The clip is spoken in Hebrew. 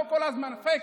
לא כל הזמן פייק,